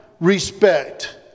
respect